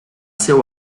seu